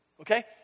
okay